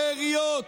לעיריות